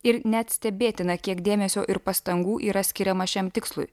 ir net stebėtina kiek dėmesio ir pastangų yra skiriama šiam tikslui